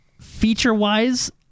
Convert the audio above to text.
feature-wise